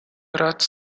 rate